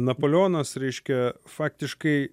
napoleonas reiškia faktiškai